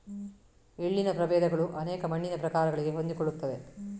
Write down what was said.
ಎಳ್ಳಿನ ಪ್ರಭೇದಗಳು ಅನೇಕ ಮಣ್ಣಿನ ಪ್ರಕಾರಗಳಿಗೆ ಹೊಂದಿಕೊಳ್ಳುತ್ತವೆ